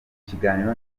kiganiro